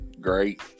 great